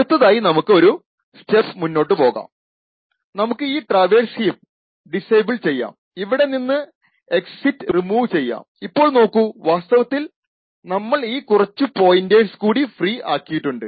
അടുത്തതായി നമുക്ക് ഒരു സ്റ്റെപ്പ് മുന്നോട്ടു പോകാം നമുക്ക് ഈ ട്രാവേഴ്സ് ഹീപ്പ് ഡിസേബിൾ ചെയ്യാം ഇവിടെ നിന്ന് എക്സിറ്റ് റിമൂവ് ചെയ്യാം ഇപ്പോൾ നോക്കൂ വാസ്തവത്തിൽ നമ്മൾ ഈ കുറച്ചു പോയിന്റർസ് കൂടി ഫ്രീ ആക്കിയിട്ടുണ്ട്